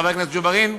חבר הכנסת ג'בארין,